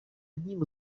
одним